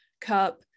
cup